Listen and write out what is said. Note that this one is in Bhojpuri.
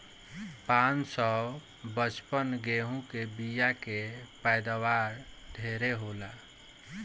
पान सौ पचपन गेंहू के बिया के पैदावार ढेरे होला